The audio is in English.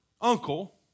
uncle